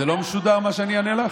זה לא משודר, מה אני אענה לך?